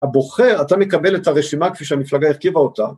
הבוחר, אתה מקבל את הרשימה כפי שהמפלגה הרכיבה אותה.